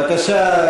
בבקשה,